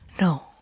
No